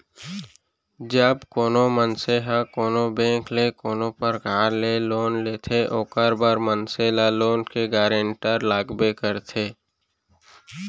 जब कोनो मनसे ह कोनो बेंक ले कोनो परकार ले लोन लेथे ओखर बर मनसे ल लोन के गारेंटर लगबे करथे